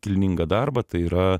kilmingą darbą tai yra